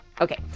Okay